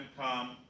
come